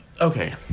Okay